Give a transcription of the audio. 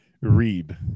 Read